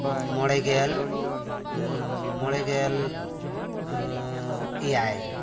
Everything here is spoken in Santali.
ᱢᱚᱬᱮ ᱜᱮᱞ ᱢᱚᱬᱮ ᱜᱮᱞ ᱮᱭᱟᱭ